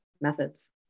methods